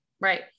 Right